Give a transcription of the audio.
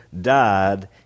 died